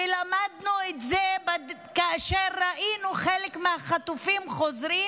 ולמדנו את זה כאשר ראינו חלק מהחטופים חוזרים,